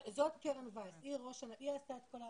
קרן וייס, היא עשתה את כל העבודה.